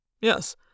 Yes